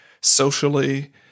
socially